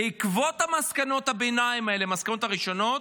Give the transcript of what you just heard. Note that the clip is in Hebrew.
בעקבות מסקנות הביניים האלה, המסקנות הראשונות,